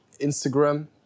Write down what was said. Instagram